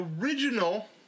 original